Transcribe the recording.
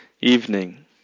evening